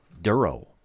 Duro